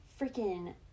Freaking